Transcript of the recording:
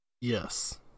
Yes